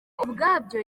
ubwabyo